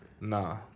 Nah